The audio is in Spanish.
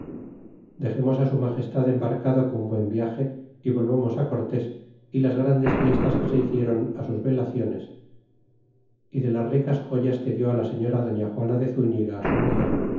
dexemos su magestad embarcado con buen viage y volvamos cortés y las grandes fiestas que se hicieron á sus velaciones y de las ricas joyas que dió la señora doña juana de zrifriga su muger